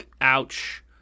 ouch